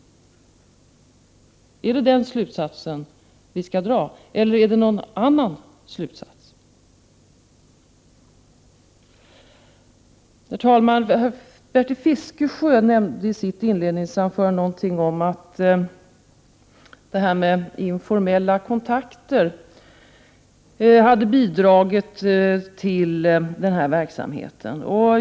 Är det den slutsats vi skall dra, eller är det någon annan? Herr talman! Bertil Fiskesjö nämnde i sitt inledningsanförande någonting om att informella kontakter hade bidragit till denna verksamhet.